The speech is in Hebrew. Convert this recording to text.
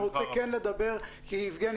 יבגני,